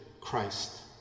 Christ